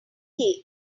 key